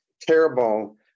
terrible